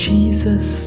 Jesus